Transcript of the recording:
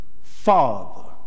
Father